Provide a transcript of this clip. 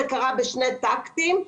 זה קרה בשני טקטים.